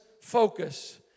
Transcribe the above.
focus